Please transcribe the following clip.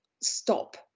stop